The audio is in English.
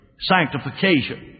sanctification